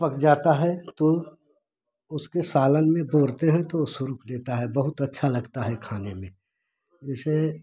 पक जाता है तो उसके सालन में पौरते हैं तो वो सोख लेता है बहुत अच्छा लगता है खाने में जिसे